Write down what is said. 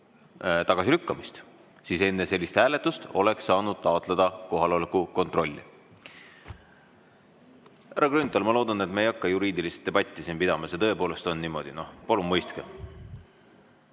tagasilükkamist, siis enne sellist hääletust oleks saanud taotleda kohaloleku kontrolli. Härra Grünthal, ma loodan, et me ei hakka juriidilist debatti siin pidama. See tõepoolest on niimoodi, palun mõistke.